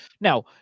Now